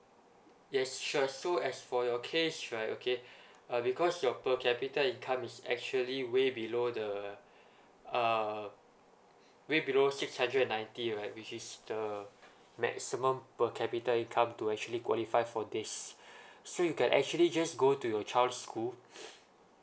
yes sure so as for your case right okay uh because your per capita income is actually way below the uh way below six hundred and ninety right which is the maximum per capita income to actually qualify for this so you can actually just go to you child's school